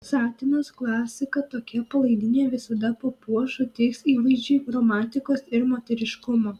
satinas klasika tokia palaidinė visada papuoš suteiks įvaizdžiui romantikos ir moteriškumo